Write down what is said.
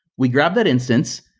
we grab that instance.